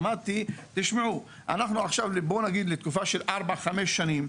אמרתי להם שיעשו הקפאה של ההריסות למשך 5-4 שנים,